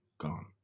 gone